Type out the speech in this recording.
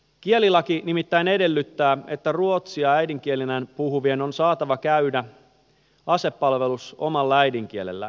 kielilaki nimittäin edellyttää että ruotsia äidinkielenään puhuvien on saatava käydä asepalvelus omalla äidinkielellään